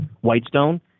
Whitestone